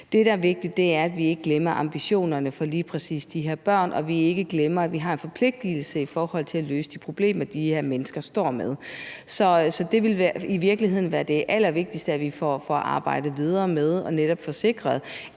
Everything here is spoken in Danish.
Det, der er vigtigt, er, at vi ikke glemmer ambitionerne for lige præcis de her børn, og at vi ikke glemmer, at vi har en forpligtigelse til at løse de problemer, de her mennesker står med. Så det vil i virkeligheden være det allervigtigste, at vi får arbejdet videre med netop at få sikret,